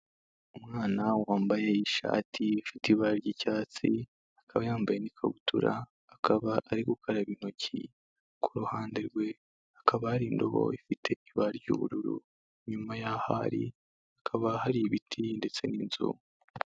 Umwana wambaye ishati ifite ibara ry'icyatsi, akaba yambaye n'ikabutura, akaba ari gukaraba intoki, ku ruhande rwe hakaba hari indobo ifite ibara ry'ubururu, inyuma y'aho ari hakaba hari ibiti ndetse n'inzu.